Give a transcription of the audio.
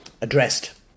addressed